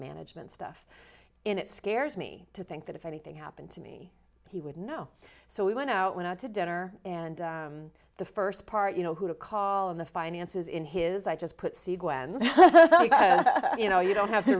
management stuff and it scares me to think that if anything happened to me he would know so we went out went out to dinner and the first part you know who to call in the finances in his eye just put see when you know you don't have t